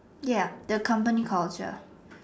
ya the company culture